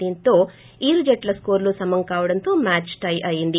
దీంతో ఇరుజట్ల న్కోర్లు సమం కావడంతో మ్యాచ్ టై అయింది